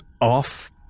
off